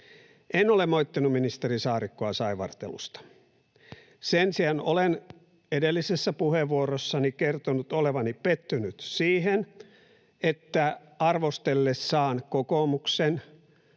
En ole moittinut ministeri Saarikkoa saivartelusta. Sen sijaan olen edellisessä puheenvuorossani kertonut olevani pettynyt siihen, että arvostellessaan kokoomuksen